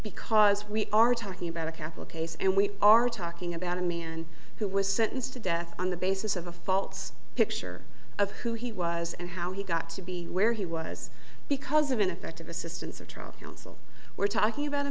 because we are talking about a capital case and we are talking about a me and who was sentenced to death on the basis of a false picture of who he was and how he got to be where he was because of ineffective assistance or trial we're talking about a